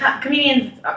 comedians